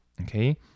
okay